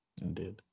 Indeed